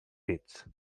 pits